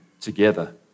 together